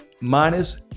minus